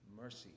mercy